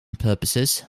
purposes